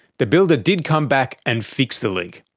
the builder did come back and fix the leak.